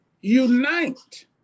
unite